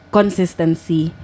consistency